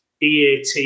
EAT